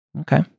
Okay